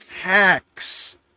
hacks